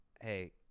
hey